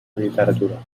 literatura